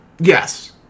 Yes